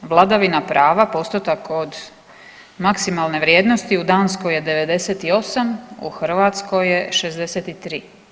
Vladavina prava postotak od maksimalne vrijednosti u Danskoj je 98, u Hrvatskoj je 63.